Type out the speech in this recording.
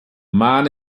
man